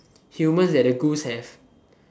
humans that the ghouls have